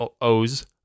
O's